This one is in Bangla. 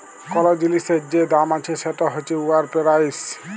কল জিলিসের যে দাম আছে সেট হছে উয়ার পেরাইস